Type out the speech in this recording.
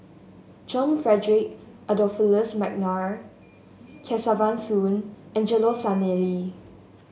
John Frederick Adolphus McNair Kesavan Soon Angelo Sanelli